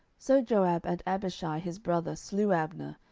so joab, and abishai his brother slew abner,